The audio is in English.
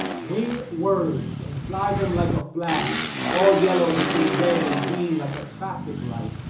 wing words and fly them like a flag, all yellow between red and green like a traffic light.